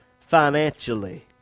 financially